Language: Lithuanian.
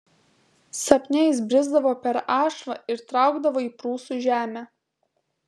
sapne jis brisdavo per ašvą ir traukdavo į prūsų žemę